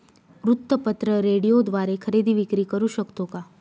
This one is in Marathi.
वृत्तपत्र, रेडिओद्वारे खरेदी विक्री करु शकतो का?